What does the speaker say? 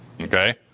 Okay